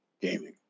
gaming